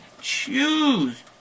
choose